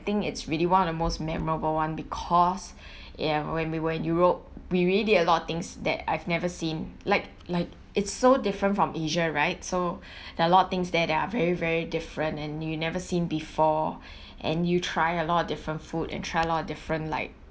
I think it's really one of the most memorable one because ya when we were in europe we really did a lot of things that I've never seen like like it's so different from asia right so there are a lot of things that are very very different and you never seen before and you try a lot of different food and try a lot of different like